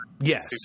Yes